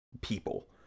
people